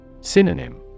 Synonym